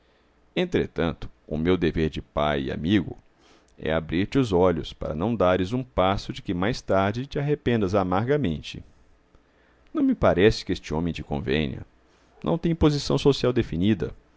entretanto o meu dever de pai e amigo é abrir-te os olhos para não dares um passo de que mais tarde te arrependas amargamente não me parece que este homem te convenha não tem posição social definida